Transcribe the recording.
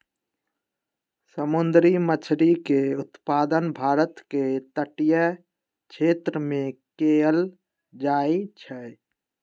समुंदरी मछरी के उत्पादन भारत के तटीय क्षेत्रमें कएल जाइ छइ